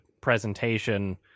presentation